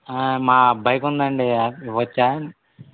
మా అబ్బాయికి ఉంది అండి ఇవ్వచ్చా